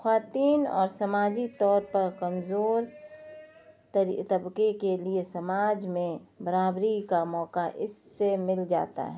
خواتین اور سماجی طور پر کمزور طبقے کے لیے سماج میں برابری کا موقع اس سے مل جاتا ہے